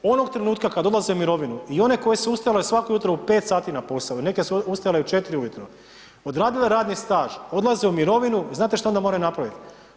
Onog trenutka kad odlaze u mirovinu i one koje su ustale svako jutro u 5 sati na posao, neke su ustajale i u 4 ujutro, odradile radni staž, odlaze u mirovinu, znate što onda moraju napraviti?